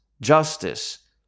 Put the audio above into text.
justice